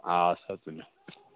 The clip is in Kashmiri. آسا تُلیوٗ